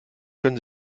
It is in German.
können